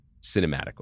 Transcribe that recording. cinematically